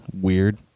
weird